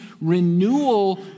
renewal